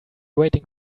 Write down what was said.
waiting